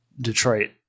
Detroit